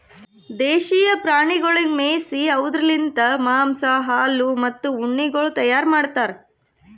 ದೇಶೀಯ ಪ್ರಾಣಿಗೊಳಿಗ್ ಮೇಯಿಸಿ ಅವ್ದುರ್ ಲಿಂತ್ ಮಾಂಸ, ಹಾಲು, ಮತ್ತ ಉಣ್ಣೆಗೊಳ್ ತೈಯಾರ್ ಮಾಡ್ತಾರ್